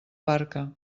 barca